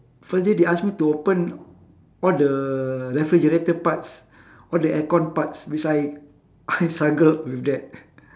first day they ask me to open all the refrigerator parts all the aircon parts which I I struggled with that